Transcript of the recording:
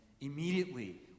immediately